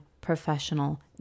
professional